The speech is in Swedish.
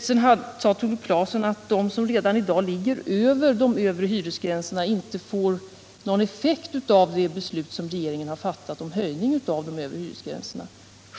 Sedan sade Tore Claeson att för dem som redan i dag ligger över de övre hyresgränserna blir det inte någon effekt av det beslut som regeringen har fattat om höjning av de övre hyresgränserna.